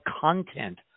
content